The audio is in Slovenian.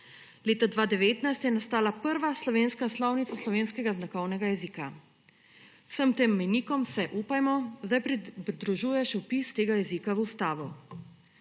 Leta 2019 je nastala prva slovenska slovnica slovenskega znakovnega jezika. Vsem tem mejnikom se, upajmo, zdaj pridružuje še vpis tega jezika v ustavo.